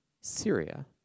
Syria